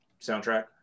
soundtrack